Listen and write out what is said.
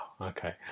Okay